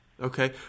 Okay